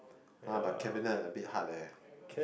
!huh! but cabinet a bit hard leh